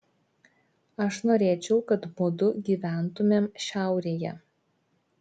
aš norėčiau kad mudu gyventumėm šiaurėje